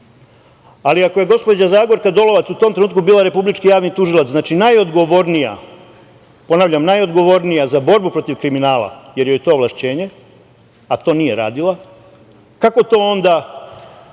ali ako je gospođa Zagorka Dolovac u tom trenutku bila Republički javni tužilac, znači najodgovornija za borbu protiv kriminala, jer joj je to ovlašćenje, a to nije radila, kako to onda